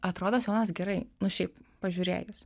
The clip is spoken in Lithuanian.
atrodo sijonas gerai nu šiaip pažiūrėjus